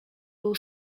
był